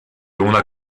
una